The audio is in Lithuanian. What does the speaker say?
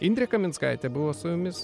indrė kaminskaitė buvo su jumis